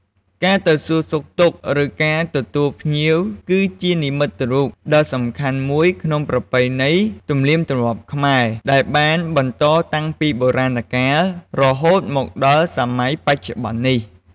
ការទៅសួរសុខទុក្ខ ឬ ការទទួលភ្ញៀវគឺជានិមិត្តរូបដ៏សំខាន់មួយក្នុងប្រពៃណី ទំនៀមទម្លាប់ខ្មែរ ដែលបានបន្តតាំងពីបុរាណកាល រហូតមកដល់សម័យបច្ចុប្បន្ននេះ។